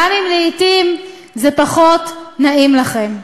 גם אם לעתים זה פחות נעים לכם.